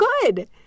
good